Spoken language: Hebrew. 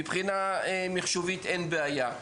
מבחינה מחשובית אין בעיה,